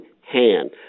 hand